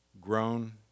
grown